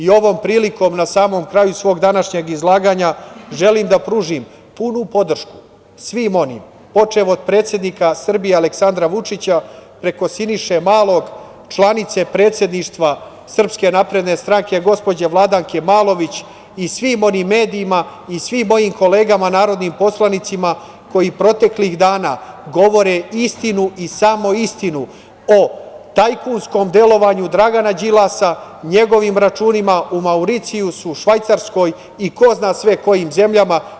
Ovom prilikom, na samom kraju svog današnjeg izlaganja, želim da pružim punu podršku svim onim, počev od predsednika Srbija Aleksandra Vučića, preko Siniše Malog, članice predsedništva Srpske napredne stranke, gospođe Vladanke Malović i svim onim medijima, i svim mojim kolegama narodnim poslanicima koji proteklih dana govore istinu i samo istinu o tajkunskom delovanju Dragana Đilasa, njegovim računima na Mauricijusu, Švajcarskoj i ko zna sve kojim zemljama.